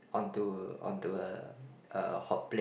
onto onto a a hot plate